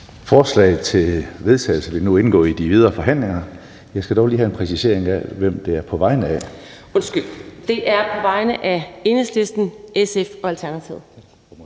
Forslaget til vedtagelse vil nu indgå i de videre forhandlinger. Jeg skal dog lige have en præcisering af, hvem det er på vegne af. (Trine Pertou Mach (EL): Undskyld, det er på vegne af Enhedslisten, SF og Alternativet).